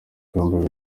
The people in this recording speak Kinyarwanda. ibihumbi